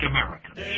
Americans